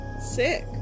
Sick